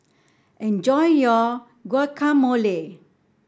enjoy your Guacamole